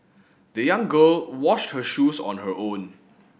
the young girl washed her shoes on her own